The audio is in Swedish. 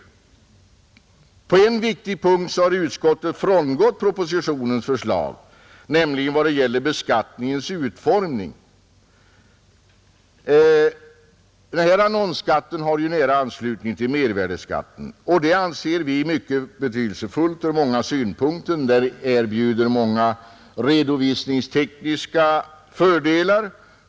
På en viktig punkt har utskottet frångått propositionens förslag, nämligen i vad gäller beskattningens utformning. Annonsskatten ansluter ju nära till mervärdeskatten, och det anser vi vara mycket betydelsefullt ur många synpunkter. Den erbjuder många redovisningstekniska fördelar.